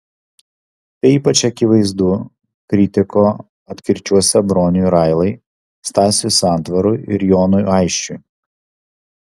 tai ypač akivaizdu kritiko atkirčiuose broniui railai stasiui santvarui ir jonui aisčiui